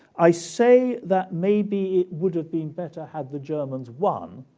i say that maybe would have been better had the germans won,